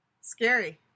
Scary